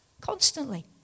constantly